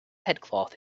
headcloth